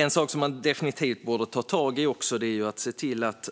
En sak som man definitivt också borde ta tag i är att